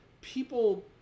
people